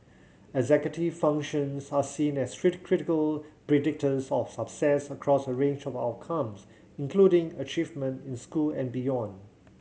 executive functions are seen as critical predictors of success across a range of outcomes including achievement in school and beyond